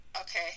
Okay